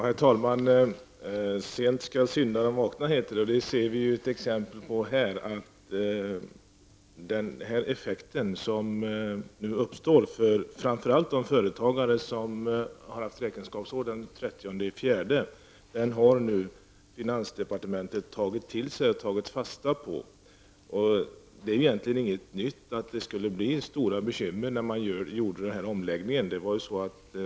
Herr talman! Sent skall syndaren vakna, heter det. Här ser vi ju ett exempel på att finansdepartementet har tagit den effekt som uppstår för framför allt de företagare som har haft den 30 april som bokslutsdag på allvar. Det är egentligen ingen överraskning att det skulle bli stora bekymmer i samband med omläggningen.